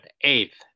eighth